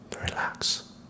Relax